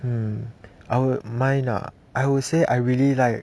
hmm I would mind ah I would say I really like